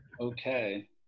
okay